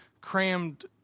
crammed